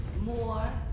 more